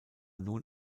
nun